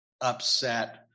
upset